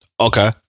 Okay